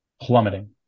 Plummeting